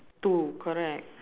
two correct